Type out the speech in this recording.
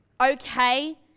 okay